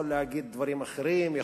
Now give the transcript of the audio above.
הוא יכול להגיד דברים אחרים,